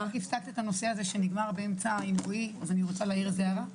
אני מבקשת להעיר הערה.